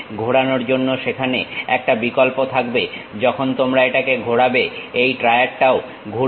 ঘোরানোর জন্য সেখানে একটা বিকল্প থাকবে যখন তোমরা এটাকে ঘোরাবে এই ট্রায়াডটাও ঘুরবে